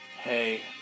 hey